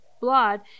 blood